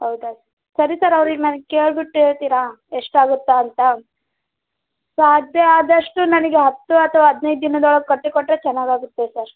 ಹೌದಾ ಸರಿ ಸರ್ ಅವ್ರಿಗೆ ನನಗ್ ಕೇಳ್ಬಿಟ್ಟು ಹೇಳ್ತಿರಾ ಎಷ್ಟು ಆಗುತ್ತೆ ಅಂತ ಸಾಧ್ಯ ಆದಷ್ಟು ನನಗೆ ಹತ್ತು ಅಥವಾ ಹದಿನೈದು ದಿನದೊಳಗೆ ಕಟ್ಟಿಕೊಟ್ಟರೆ ಚೆನ್ನಾಗಾಗುತ್ತೆ ಸರ್